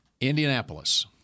Indianapolis